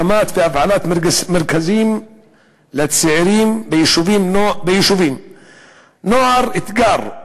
הקמת והפעלת מרכזים לצעירים ביישובים, נוער "אתגר"